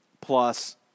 plus